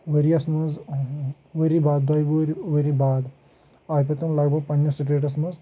ؤرۍ یس منز ؤری بعاد دۄیہِ وٕہٕرۍ ؤری بعاد آیہِ پَتہٕ تِم لگ بگ پَننِس سٹیٹس منٛز